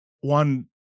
one